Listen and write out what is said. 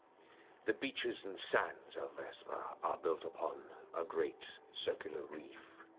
the beaches and sands of vesrah are built upon a great circular reef.